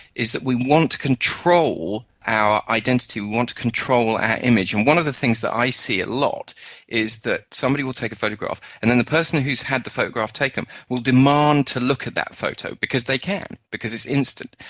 is that we want to control our identity, we want to control our image. and one of the things that i see a lot is that somebody will take a photograph and then the person who has had the photograph taken will demand to look at that photo because they can, because it's instant.